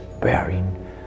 bearing